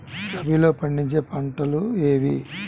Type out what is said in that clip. రబీలో పండించే పంటలు ఏవి?